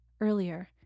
Earlier